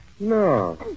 No